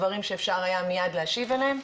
דברים שאפשר היה מיד להשיב אליהם.